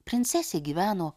princesė gyveno